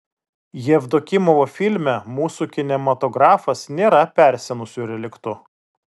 jevdokimovo filme mūsų kinematografas nėra persenusiu reliktu